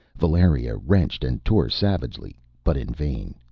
valeria wrenched and tore savagely, but in vain.